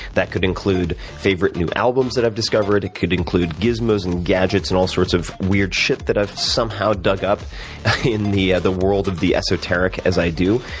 that could include favorite new albums that i've discovered. it could include gizmos and gadgets and all sorts of weird shit that i've somehow dug up in the yeah the world of the esoteric as i do.